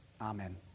Amen